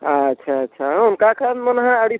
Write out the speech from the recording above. ᱟᱪᱪᱷᱟ ᱟᱪᱪᱷᱟ ᱦᱮᱸ ᱚᱱᱠᱟ ᱠᱷᱟᱱ ᱢᱟ ᱦᱟᱸᱜ ᱟᱹᱰᱤ